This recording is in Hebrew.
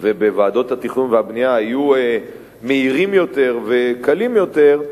ובוועדות התכנון והבנייה יהיו מהירים יותר וקלים יותר,